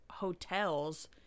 Hotels